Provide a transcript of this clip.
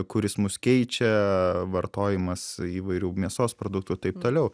kuris mus keičia vartojimas įvairių mėsos produktų ir taip toliau